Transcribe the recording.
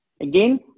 Again